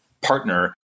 partner